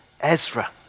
Ezra